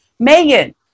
Megan